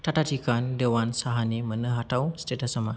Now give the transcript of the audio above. Tata tea कानन देवान साहानि मोन्नो हाथाव स्टेटासा मा